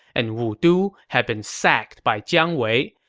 and wudu had been sacked by jiang wei.